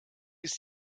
ist